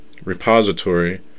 Repository